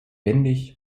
wendig